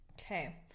Okay